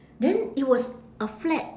then it was a flat